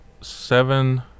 seven